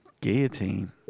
Guillotine